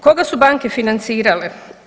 Koga su banke financirale?